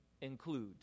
Includes